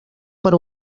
per